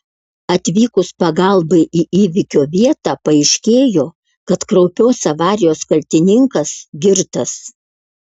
atvykus pagalbai į įvykio vietą paaiškėjo kad kraupios avarijos kaltininkas girtas